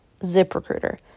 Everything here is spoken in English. ZipRecruiter